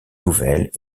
nouvelles